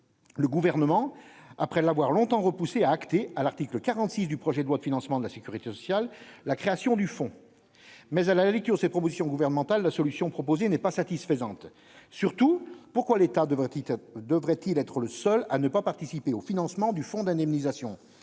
Le gouvernement après l'avoir longtemps repoussé acté à l'article 46 du projet de loi de financement de la Sécurité sociale, la création du fonds, mais elle a la lecture ces propositions gouvernementales la solution proposée n'est pas satisfaisante surtout pourquoi l'État devrait devrait-il être le seul à ne pas participer au financement du fonds d'indemnisation,